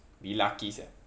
we lucky sia